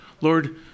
Lord